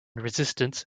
resistance